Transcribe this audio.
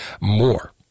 more